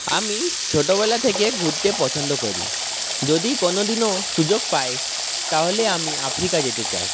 আমি ছোটবেলা থেকে ঘুরতে পছন্দ করি যদি কোনোদিনও সুযোগ পাই তাহলে আমি আফ্রিকা যেতে চাই